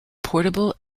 portable